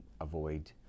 avoid